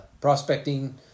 prospecting